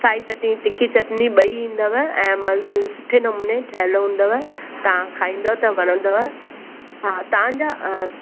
साई चटणी तीखी चटणी ॿई ईंदव ऐं सुठी नमूने ठहियलु हूंदव तव्हां खाईंदो त वणंदव हा तव्हांजा